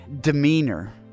demeanor